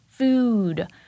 food